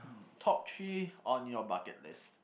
top three on your bucket list